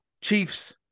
Chiefs